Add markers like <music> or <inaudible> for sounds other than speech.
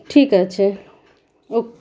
ঠিক আছে <unintelligible>